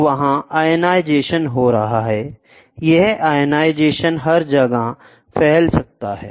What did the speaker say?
तो वहाँ आयनाइजेशन हो रहा है यह आयनाइजेशन हर जगह फैल सकता है